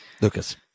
Lucas